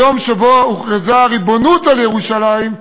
היום שבו הוכרזה הריבונות על ירושלים,